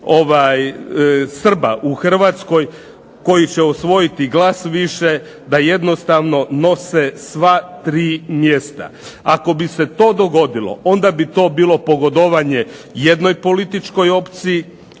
Srba u Hrvatskoj koji će osvojiti glas više da jednostavno nose sva tri mjesta. Ako bi se to dogodilo onda bi to bilo pogodovanje jednoj političkoj opciji.